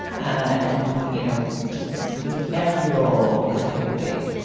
and, you know, just just every role is a heavyweight.